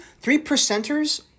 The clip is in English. three-percenters